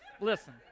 Listen